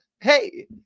Hey